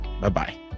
Bye-bye